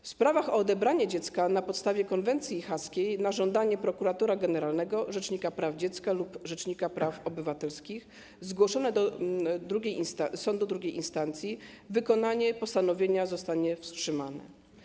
W sprawach o odebranie dziecka na podstawie konwencji haskiej na żądanie prokuratora generalnego, rzecznika praw dziecka lub rzecznika praw obywatelskich zgłoszone do sądu II instancji wykonanie postanowienia zostanie wstrzymane.